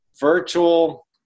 virtual